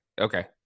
Okay